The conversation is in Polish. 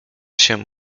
się